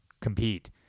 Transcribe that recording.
compete